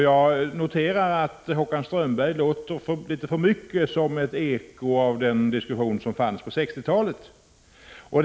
Jag noterar att Håkan Strömberg litet för mycket låter som ett eko av den diskussion som fördes på 1960-talet.